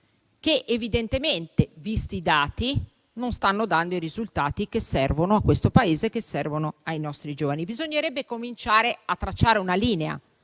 che evidentemente, visti i dati, non stanno dando i risultati che servono a questo Paese e ai nostri giovani. Bisognerebbe cominciare a tracciare una linea,